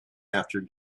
after